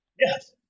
Yes